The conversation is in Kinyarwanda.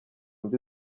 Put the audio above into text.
mbi